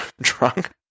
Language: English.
drunk